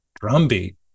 drumbeat